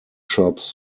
shops